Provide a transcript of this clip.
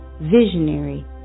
visionary